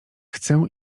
chcę